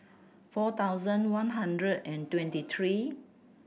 four thousand one hundred and twenty three